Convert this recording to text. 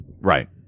Right